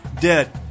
dead